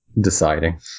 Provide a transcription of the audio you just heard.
deciding